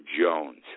Jones